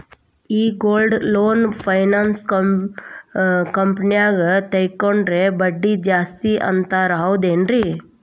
ಈ gold loan finance ಕಂಪನ್ಯಾಗ ತಗೊಂಡ್ರೆ ಬಡ್ಡಿ ಜಾಸ್ತಿ ಅಂತಾರ ಹೌದೇನ್ರಿ?